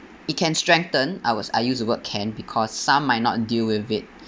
it can strengthen I was I use the word can because some might not deal with it